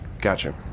Gotcha